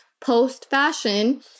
post-fashion